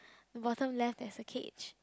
the bottom left there is a cage